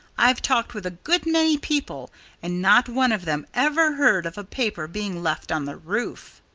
i've talked with a good many people and not one of them ever heard of a paper being left on the roof.